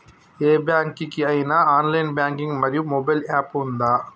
ఏ bank కి ఐనా online banking మరియు మొబైల్ యాప్ ఉందా?